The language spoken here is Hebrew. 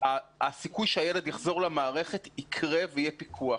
הסיכוי שהילד יחזור למערכת יקרה ויהיה פיקוח.